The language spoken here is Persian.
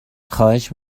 خواهش